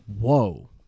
whoa